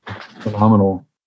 phenomenal